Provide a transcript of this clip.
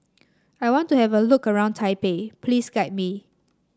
I want to have a look around Taipei please guide me